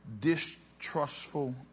distrustful